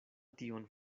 tion